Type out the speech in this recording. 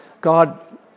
God